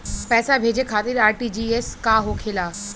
पैसा भेजे खातिर आर.टी.जी.एस का होखेला?